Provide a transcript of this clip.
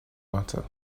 butter